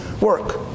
work